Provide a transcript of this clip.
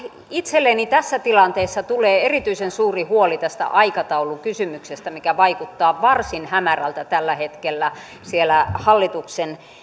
itselleni tässä tilanteessa tulee erityisen suuri huoli tästä aikataulukysymyksestä joka vaikuttaa varsin hämärältä tällä hetkellä siellä hallituksen